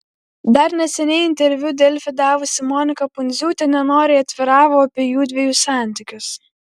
dar neseniai interviu delfi davusi monika pundziūtė nenoriai atviravo apie jųdviejų santykius